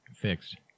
fixed